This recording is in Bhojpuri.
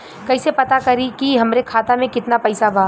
कइसे पता करि कि हमरे खाता मे कितना पैसा बा?